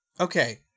Okay